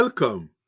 Welcome